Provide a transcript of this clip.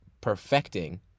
perfecting